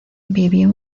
vivió